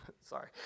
Sorry